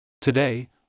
Today